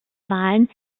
wahlen